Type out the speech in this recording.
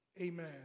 amen